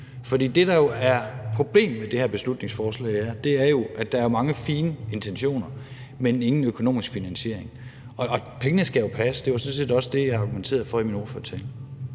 et. Det, der er problemet ved det her beslutningsforslag, er jo, at der er mange fine intentioner, men ingen økonomisk finansiering. Og pengene skal jo passe. Det var jo sådan set også det, jeg argumenterede for i min ordførertale.